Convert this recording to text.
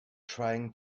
trying